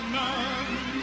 none